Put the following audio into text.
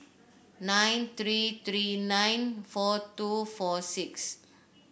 nine three three nine four two four six